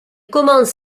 commence